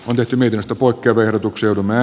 nykymediasta poikkeverotukseudumme